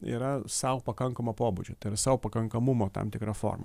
yra sau pakankamo pobūdžio tai yra sau pakankamumo tam tikra forma